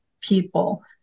people